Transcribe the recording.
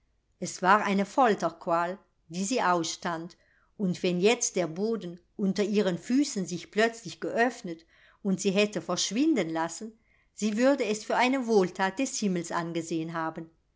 es war eine folterqual die sie ausstand und wenn jetzt der boden unter ihren füßen sich plötzlich geöffnet und sie hätte verschwinden lassen sie würde es für eine wohlthat des himmels angesehen haben